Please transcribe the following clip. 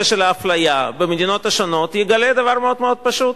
האפליה במדינות השונות יגלה דבר מאוד מאוד פשוט,